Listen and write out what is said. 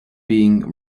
being